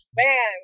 man